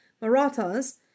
Marathas